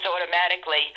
automatically